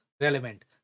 relevant